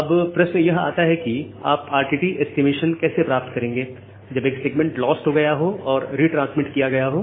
अब एक अन्य प्रश्न आता है कि आप RTT ऐस्टीमेशन कैसे प्राप्त करेंगे जब एक सेगमेंट लॉस्ट हो गया हो और रिट्रांसमिट किया गया हो